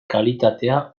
kalitatea